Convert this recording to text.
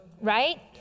right